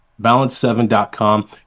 Balance7.com